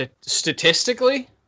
Statistically